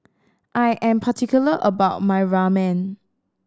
I am particular about my Ramen